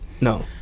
no